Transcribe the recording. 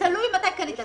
שאתם הצעתם.